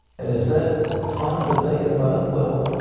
and is that fun to think about? well,